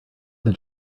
than